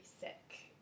sick